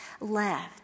left